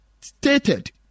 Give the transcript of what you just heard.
stated